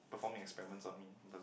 performing experiments on me doesn't